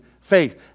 faith